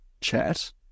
chat